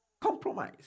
Compromise